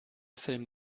film